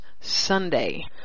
Sunday